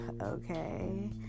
okay